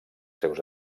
seus